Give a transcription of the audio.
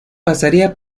pasaría